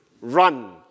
run